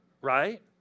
Right